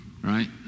Right